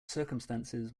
circumstances